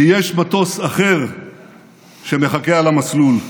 כי יש מטוס אחר שמחכה על המסלול,